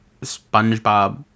Spongebob